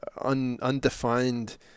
undefined